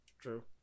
True